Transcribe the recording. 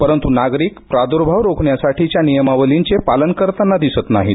परंतु नागरिक प्रादुर्भाव रोखण्यासाठीच्या नियमावलीचे पालन करताना दिसत नाहीत